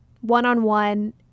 one-on-one